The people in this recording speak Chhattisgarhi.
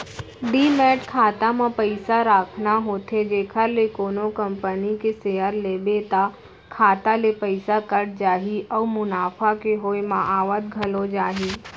डीमैट खाता म पइसा राखना होथे जेखर ले कोनो कंपनी के सेयर लेबे त खाता ले पइसा कट जाही अउ मुनाफा के होय म आवत घलौ जाही